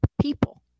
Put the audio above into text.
people